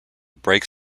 brake